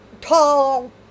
tall